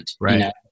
Right